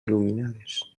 il·luminades